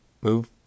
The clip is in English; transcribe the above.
move